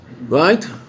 right